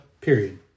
period